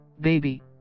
Baby